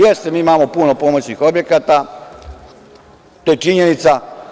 Jeste, mi imamo puno pomoćnih objekata, to je činjenica.